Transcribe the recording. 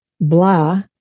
blah